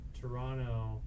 Toronto